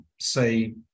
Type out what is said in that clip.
say